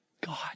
God